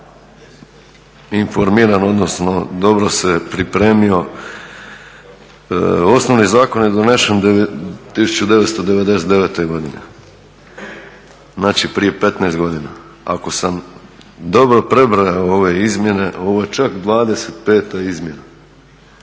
dobro informiran, odnosno dobro se pripremio, osnovni zakon je donesen 1999. godine, znači prije 15 godina ako sam dobro prebrojao ove izmjene, ovo je čak 25. izmjena.